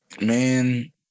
Man